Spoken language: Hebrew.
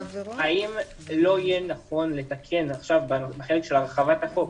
האם לא יהיה נכון לתקן עכשיו בחלק של הרחבת החוק,